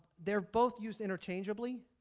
they are both used interchangeably.